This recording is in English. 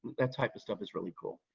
that type of stuff is really cool.